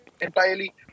entirely